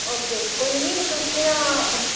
okay okay कोई निं तुस ना